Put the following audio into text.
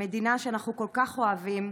המדינה שאנחנו כל כך אוהבים,